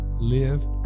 Live